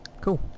cool